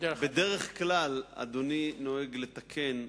בדרך כלל אדוני נוהג לתקן,